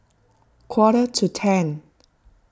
quarter to ten